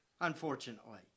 unfortunately